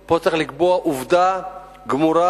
פה צריך לקבוע עובדה גמורה.